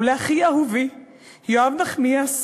לאחי אהובי יואב נחמיאס,